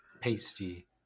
pasty